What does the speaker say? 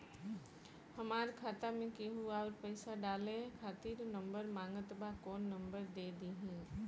हमार खाता मे केहु आउर पैसा डाले खातिर नंबर मांगत् बा कौन नंबर दे दिही?